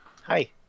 Hi